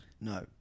No